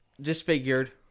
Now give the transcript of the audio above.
Disfigured